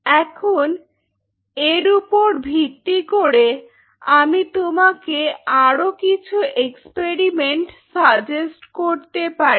এখন এর উপর ভিত্তি করে আমি তোমাকে আরো কিছু এক্সপেরিমেন্ট সাজেস্ট করতে পারি